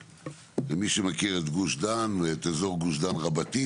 למי שמכיר את גוש דן ואת אזור גוש דן רבתי,